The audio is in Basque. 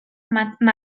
martin